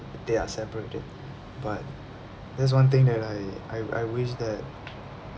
they are separated but that's one thing that I I I wish that